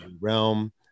Realm